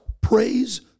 praise